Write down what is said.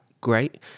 great